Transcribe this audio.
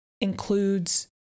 includes